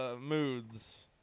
moods